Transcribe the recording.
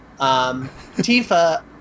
Tifa